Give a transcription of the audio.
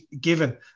given